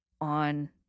on